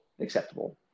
Acceptable